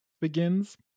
begins